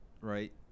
right